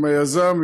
עם היזם,